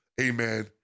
amen